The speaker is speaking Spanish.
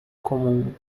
común